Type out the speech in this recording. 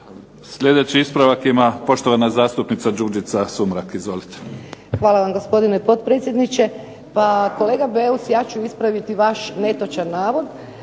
Sljedeći ispravak ima poštovana zastupnica Đurđica Sumrak. Izvolite. **Sumrak, Đurđica (HDZ)** Hvala vam gospodine potpredsjedniče. Pa kolega Beus ja ću ispraviti vaš netočan navod